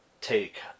take